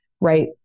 right